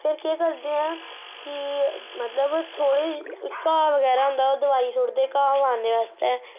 फिर केह् करदे ऐं कि मतलब थोह्ड़े घा बगैरा हुंदा ओह् दवाई सुट्टदे घा मारने आस्तै